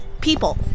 people